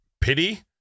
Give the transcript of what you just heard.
Pity